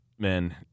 Man